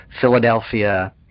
Philadelphia